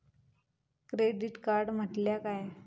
Credit card म्हटल्या काय?